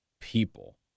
people